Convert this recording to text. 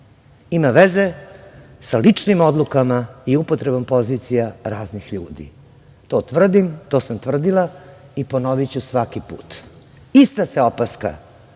ima veze sa ličnim odlukama i upotrebom pozicija raznih ljudi. To tvrdim, to sam tvrdila i ponoviću svaki put. Ista se opaska